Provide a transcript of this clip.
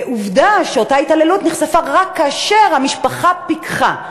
ועובדה שאותה התעללות נחשפה רק כאשר המשפחה פיקחה,